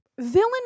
Villain